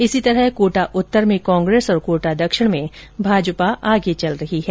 इसी प्रकार कोटा उत्तर में कांग्रेस और कोटा दक्षिण में भाजपा आगे चल रही है